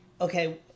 okay